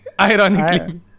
Ironically